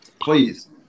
please